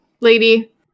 lady